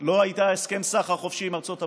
לא היה הסכם סחר חופשי עם ארצות הברית.